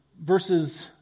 verses